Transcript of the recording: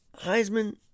Heisman